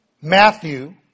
Matthew